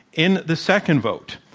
in the second vote,